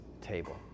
table